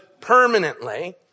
permanently